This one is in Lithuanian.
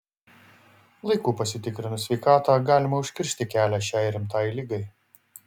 laiku pasitikrinus sveikatą galima užkirsti kelią šiai rimtai ligai